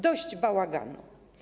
Dość bałaganu.